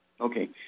Okay